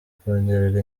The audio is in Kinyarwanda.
kongerera